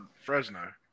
Fresno